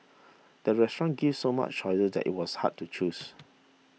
the restaurant gave so many choices that it was hard to choose